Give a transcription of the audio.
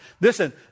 Listen